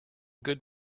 good